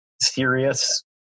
serious